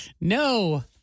no